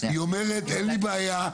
היא אומרת אין לי בעיה.